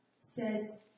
says